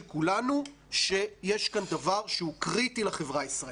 כולנו שיש כאן דבר שהוא קריטי לחברה הישראלית,